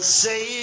say